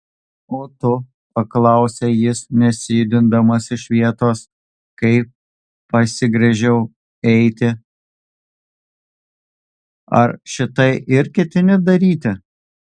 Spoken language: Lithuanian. o tu paklausė jis nesijudindamas iš vietos kai pasigręžiau eiti ar šitai ir ketini daryti